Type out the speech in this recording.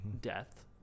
death